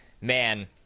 man